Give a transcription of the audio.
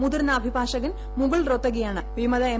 മുതിർന്ന അഭിഭാഷകൻ മുകുൾ റോത്തഗിയാണ് വിമത എം